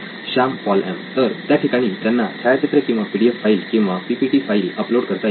Shyam Paul M तर त्या ठिकाणी त्यांना छायाचित्रे किंवा पी डी एफ फाईल किंवा P P T file upload करता येतील